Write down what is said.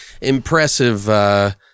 impressive